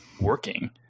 working